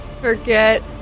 forget